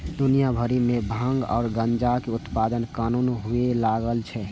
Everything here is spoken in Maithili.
दुनिया भरि मे भांग आ गांजाक उत्पादन कानूनन हुअय लागल छै